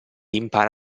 impara